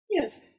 Yes